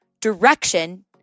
Direction